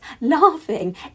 laughing